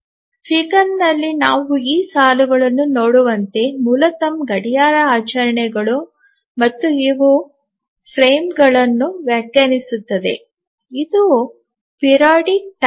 Figureದಲ್ಲಿ ನಾವು ಈ ಸಾಲುಗಳನ್ನು ನೋಡುವಂತೆ ಮೂಲತಃ ಗಡಿಯಾರ ಅಡಚಣೆಗಳು ಮತ್ತು ಇವು framesಚೌಕಟ್ಟುಗಳನ್ನು ವ್ಯಾಖ್ಯಾನಿಸುತ್ತವೆ ಇದು ಆವರ್ತಕ ಟೈಮರ್